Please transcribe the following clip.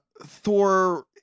Thor